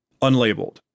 Unlabeled